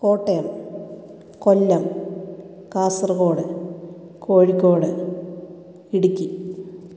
Kottayam Kollam Kasaragod Kozhikode Idukki